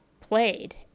played